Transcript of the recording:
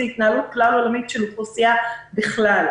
זה התנהלות כלל-עולמית של אוכלוסייה בכלל.